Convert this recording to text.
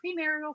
premarital